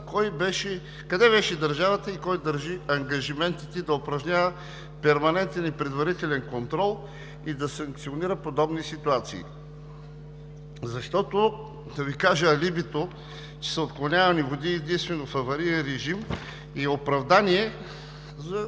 къде беше държавата и кой държи ангажиментите да упражнява перманентен и предварителен контрол и да санкционира подобни ситуации? Защото, да Ви кажа, алибито, че са отклонявани води единствено в авариен режим, е оправдание